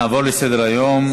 נעבור לסדר-היום.